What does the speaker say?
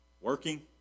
working